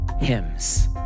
hymns